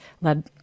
led